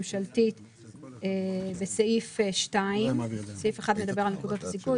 הממשלתית בסעיף 2. סעיף 1 מדבר על נקודות הזיכוי,